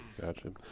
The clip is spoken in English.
Gotcha